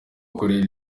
akorera